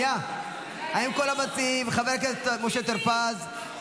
שנייה, האם כל המציעים, חבר הכנסת משה טור פז,